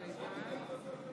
58 בעד עמדת ראש הממשלה,